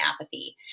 apathy